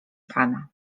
pana